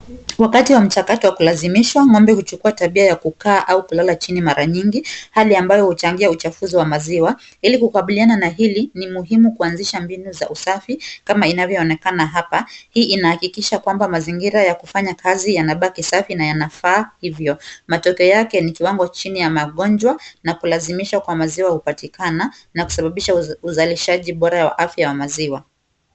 Wakati wa mchakato wa kulazimishwa ng'ombe huchukua tabia ya kukaa au kulala chini mara nyingi, hali ambayo huchangia uchafuzi wa maziwa. Ili kukabiliana na hili, ni muhimu kuanzisha mbinu za usafi kama inavyoonekana hapa. Hii inahakikisha kwamba mazingira ya kufanya kazi yanabaki safi na yanafaa hivyo. Matokeo yake ni kiwango chini ya magonjwa na kulazimishwa na maziwa hupatikana na kusababisha uzalishaji bora wa afya ya maziwa.